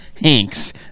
hanks